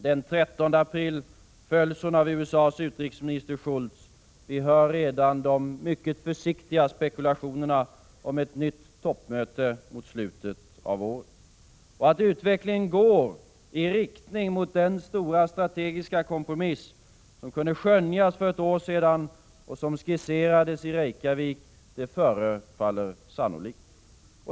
Den 13 april följs hon av USA:s utrikesminister Shultz. Vi hör redan de mycket försiktiga spekulationerna om ett nytt toppmöte mot slutet av året. Och att utvecklingen går i riktning mot den stora strategiska kompromiss som kunde skönjas för ett år sedan och som skisserades i Reykjavik förefaller sannolikt.